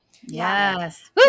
yes